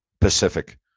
Pacific